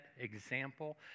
example